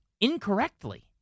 incorrectly